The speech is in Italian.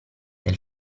nel